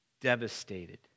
devastated